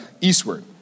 eastward